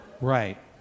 Right